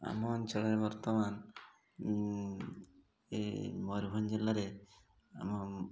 ଆମ ଅଞ୍ଚଳରେ ବର୍ତ୍ତମାନ ଏ ମୟୂରଭଞ୍ଜ ଜିଲ୍ଲାରେ ଆମ